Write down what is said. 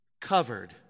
covered